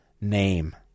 name